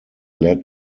led